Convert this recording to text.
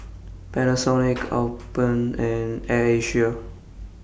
Panasonic Alpen and Air Asia